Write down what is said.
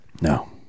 no